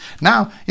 now